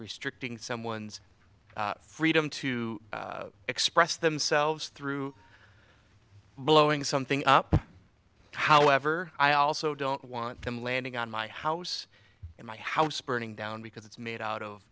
restricting someone's freedom to express themselves through blowing something up however i also don't want them landing on my house in my house burning down because it's made out of